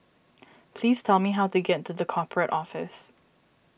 please tell me how to get to the Corporate Office